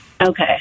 okay